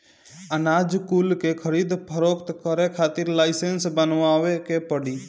अनाज कुल के खरीद फोक्त करे के खातिर लाइसेंस बनवावे के पड़ी